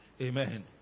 amen